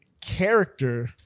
character